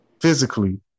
physically